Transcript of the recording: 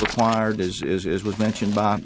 was fired as is was mentioned by